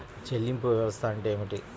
చెల్లింపు వ్యవస్థ అంటే ఏమిటి?